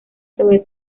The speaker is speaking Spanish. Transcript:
sobre